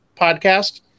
podcast